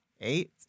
eight